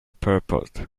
purport